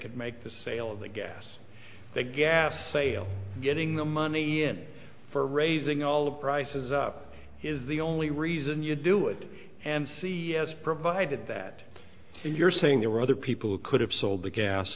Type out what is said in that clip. could make the sale of the gas the gas sale getting the money in for raising all the prices up is the only reason you do it and c s provided that you're saying there were other people who could have sold the gas